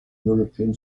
european